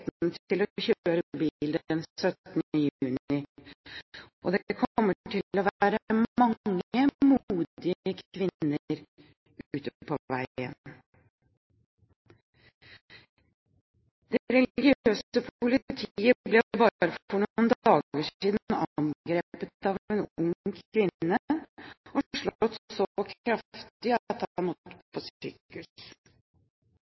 kommer til å være mange modige kvinner ute på veien. Det religiøse politiet ble for bare noen dager siden angrepet av en ung kvinne og